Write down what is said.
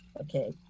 Okay